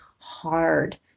hard